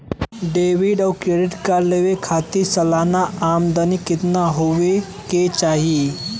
Debit और credit card लेवे के खातिर सलाना आमदनी कितना हो ये के चाही?